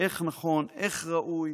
איך נכון, איך ראוי